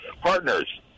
partners